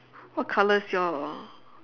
what color is your